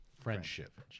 Friendship